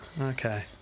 Okay